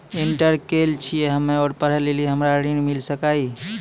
Inter केल छी हम्मे और पढ़े लेली हमरा ऋण मिल सकाई?